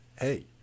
Hey